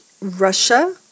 Russia